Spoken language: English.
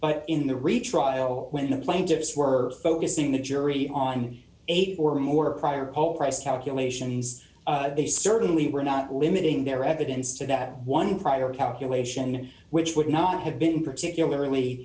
but in the retrial when the plaintiffs were focusing the jury on eight or more prior poll price calculations they certainly were not limiting their evidence to that one dollar prior calculation which would not have been particularly